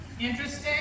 Interesting